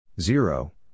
zero